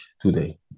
today